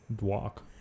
Walk